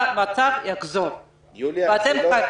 המצב יחזור לקדמותו.